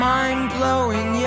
Mind-blowing